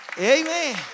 Amen